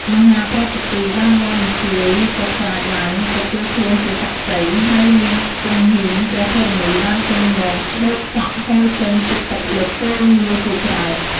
មហាប្រតិពីបានលាន់រញ្ជួយកក្រើកឡើងទទួលខ្លួនជាសាក្សី ហើយនាងគង្ហីងព្រះធរណីបានចេញមកច្បូតសក់ហូរចេញជាទឹកលិចពលមារជាច្រើន។